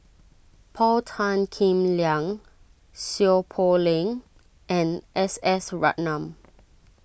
Paul Tan Kim Liang Seow Poh Leng and S S Ratnam